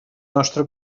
nostre